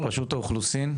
רשות האוכלוסין,